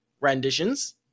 renditions